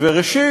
וראשית,